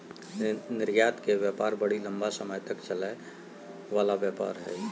निर्यात के व्यापार बड़ी लम्बा समय तक चलय वला व्यापार हइ